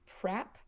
prep